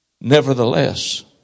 Nevertheless